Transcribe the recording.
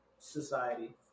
Society